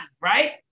right